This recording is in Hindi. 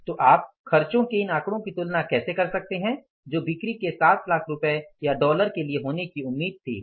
तो आप खर्चों के इन आंकड़ों की तुलना कैसे कर सकते हैं जो बिक्री के 7 लाख रुपये या डॉलर के लिए होने की उम्मीद थी